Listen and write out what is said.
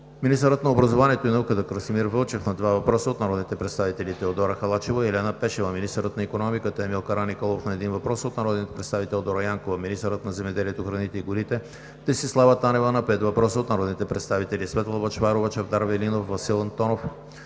министърът на образованието и науката Красимир Вълчев – на два въпроса от народните представители Теодора Халачева; и Елена Пешева; - министърът на икономиката Емил Караниколов – на един въпрос от народния представител Дора Янкова; - министърът на земеделието, храните и горите Десислава Танева – на пет въпроса от народните представители Светла Бъчварова, Чавдар Велинов и Васил Антонов;